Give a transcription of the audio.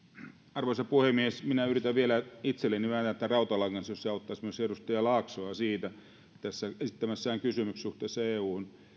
arvoisa puhemies minä yritän vielä itselleni vääntää tämän rautalangasta jos se auttaisi myös edustaja laaksoa tässä esittämässään kysymyksessä suhteessa euhun